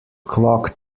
clock